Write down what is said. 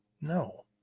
No